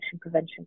prevention